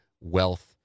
Wealth